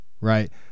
right